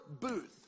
booth